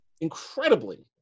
incredibly